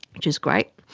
which is great.